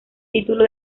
título